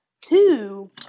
Two